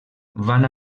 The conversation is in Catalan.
van